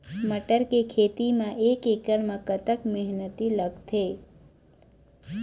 मटर के खेती म एक एकड़ म कतक मेहनती लागथे?